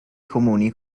comuni